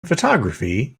photography